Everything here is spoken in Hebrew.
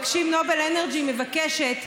נובל אנרג'י מבקשת,